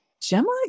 Gemma